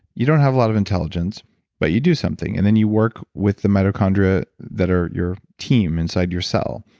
you don't have a lot of intelligence but you do something. and then, you work with the mitochondria that are your team inside your cell.